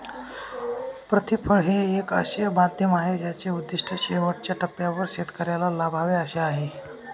प्रतिफळ हे एक असे माध्यम आहे ज्याचे उद्दिष्ट शेवटच्या टप्प्यावर शेतकऱ्याला लाभावे असे आहे